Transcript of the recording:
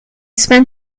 spent